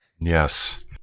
Yes